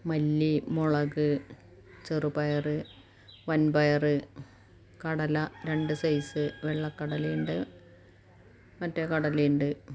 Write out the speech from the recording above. മല്ലി മുളക് ചെറുപയർ വൻപയർ കടല രണ്ട് സൈസ് വെള്ള കടലയും ഉണ്ട് മറ്റേ കടലയും ഉണ്ട്